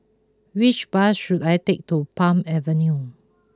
which bus should I take to Palm Avenue